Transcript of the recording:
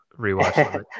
rewatch